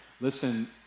Listen